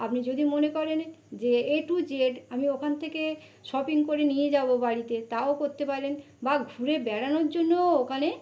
আপনি যদি মনে করেন যে এ টু জেড আমি ওখান থেকে শপিং করে নিয়ে যাব বাড়িতে তাও করতে পারেন বা ঘুরে বেড়ানোর জন্যও ওখানে